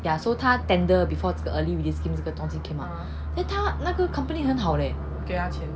okay so 他 tender before 这个 early release 因为他那个 company 很好 leh